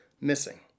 missing